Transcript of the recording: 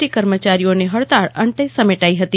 T કર્મચારીઓની હડતાળ અંતે સમેટાઈ હતી